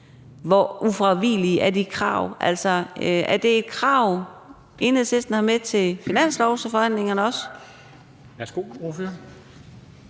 hvor ufravigeligt det krav er. Altså, er det et krav, Enhedslisten også har med til finanslovsforhandlingerne?